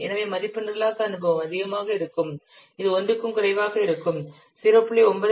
எனவே மதிப்பு நிரலாக்க அனுபவம் அதிகமாக இருக்கும் இது 1 க்கும் குறைவாக இருக்கும் 0